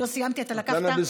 הקנביס,